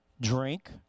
drink